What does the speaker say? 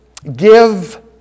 Give